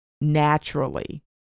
naturally